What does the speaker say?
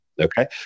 Okay